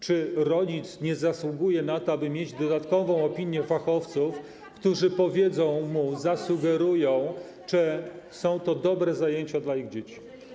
Czy rodzic nie zasługuje na to, aby mieć dodatkową opinię fachowców, którzy powiedzą mu, zasugerują, czy są to dobre zajęcia dla ich dzieci?